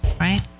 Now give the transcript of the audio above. right